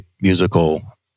Musical